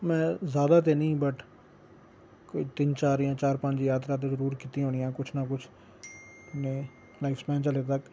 में ज्यादा ते नीं बट कोई तिन चार जां चार पंज ते जात्तरा जरूर कीती दी होनियां कुछ ना कुछ